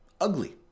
ugly